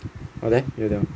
oh there 有 liao